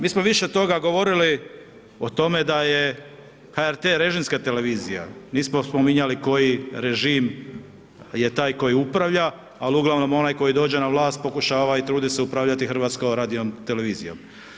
Mi smo više toga govorili o tome da je HRT režimska televizija, nismo spominjali koji režim je taj koji upravlja ali uglavnom onaj koji dođe na vlast pokušava i trudi se upravljati HRT-om.